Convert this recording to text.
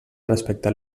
respectar